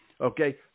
Okay